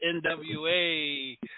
NWA